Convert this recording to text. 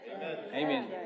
Amen